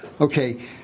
Okay